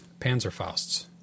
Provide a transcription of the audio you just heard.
Panzerfausts